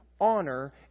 honor